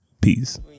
peace